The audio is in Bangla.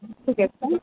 ঠিক আছে